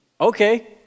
Okay